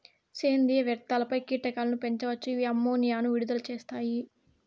సేంద్రీయ వ్యర్థాలపై కీటకాలను పెంచవచ్చు, ఇవి అమ్మోనియాను విడుదల చేస్తాయి